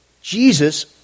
Jesus